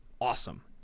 awesome